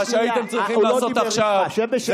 הוא לא דיבר איתך, שב בשקט.